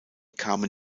kamen